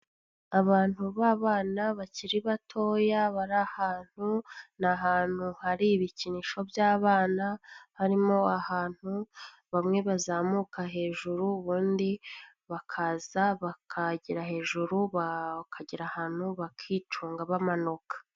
Abantu b'abana bakiri batoya bari ahantu, ni ahantu hari ibikinisho by'abana, harimo ahantu bamwe bazamuka hejuru, ubundi bakaza bakagera hejuru, bakagera ahantu bakicunga bamanuka.